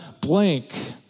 blank